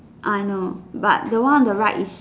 I know but the one on the right is